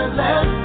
let